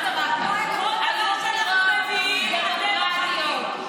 מסתכל עלינו הציבור,